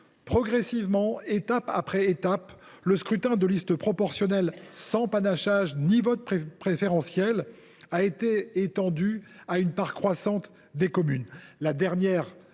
Progressivement, le scrutin de liste proportionnel sans panachage ni vote préférentiel a été étendu à une part croissante des communes,